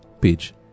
page